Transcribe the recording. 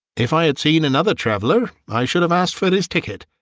if i had seen another traveller i should have asked for his ticket,